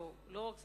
לא רק זה,